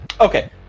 Okay